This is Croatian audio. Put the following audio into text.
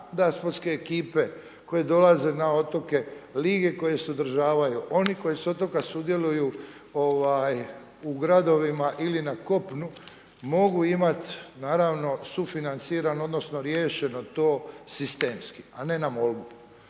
da sportske ekipe koje dolaze na otoke lige koje se održavaju, oni koji su sa otoka sudjeluju u gradovima ili na kopnu mogu imat naravno, sufinanciran odnosno riješeno to sistemski a ne na molbu.